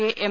A M